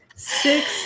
six